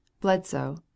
Bledsoe